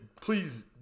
Please